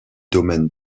domaine